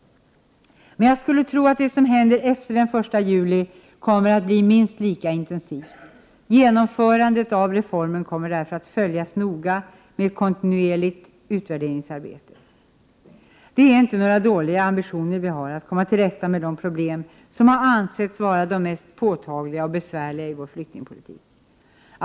Men jag skulle tro att det som händer efter den 1 juli kommer att bli minst lika intensivt. Genomförandet av reformen kommer därför att följas noga genom ett kontinuerligt utvärderingsarbete. större kvot flyktingar som väljs ut av Sverige i samråd med FN är också en del Ny utlänningslag, E ; 45 ARA FUNSKPAERAE av en solidarisk flyktingpolitik. En sådan inriktning skulle också öka Det är inte några dåliga ambitioner vi har för att komma till rätta med de Prot. 1988/89:125 problem som ansetts vara de mest påtagliga och besvärande i vår flyktingpoli 31 maj 1989 tik.